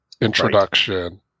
introduction